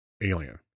Alien